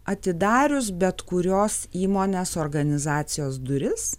atidarius bet kurios įmonės organizacijos duris